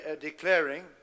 declaring